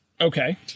Okay